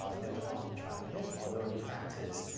um no harm trying it. although in practice